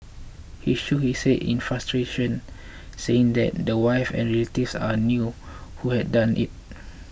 he shook his head in frustration saying that the wife and relatives all knew who had done it